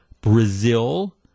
Brazil